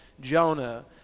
Jonah